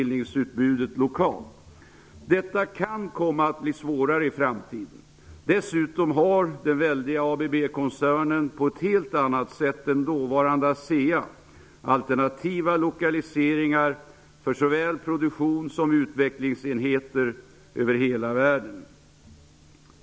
Detta kan komma att bli svårare i framtiden. Dessutom har den väldiga ABB-koncernen på ett helt annat sätt än dåvarande ASEA alternativa lokaliseringar för såväl produktion som utvecklingsenheter över hela världen.